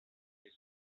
this